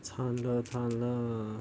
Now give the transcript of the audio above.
惨了惨了